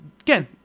again